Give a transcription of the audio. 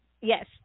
yes